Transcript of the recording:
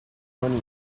money